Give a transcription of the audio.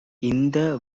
இந்த